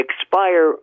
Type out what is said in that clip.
expire